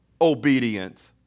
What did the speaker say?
obedience